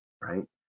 right